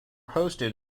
hosted